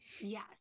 Yes